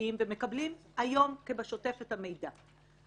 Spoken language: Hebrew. יודעים ומקבלים היום את המידע בשוטף.